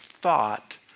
thought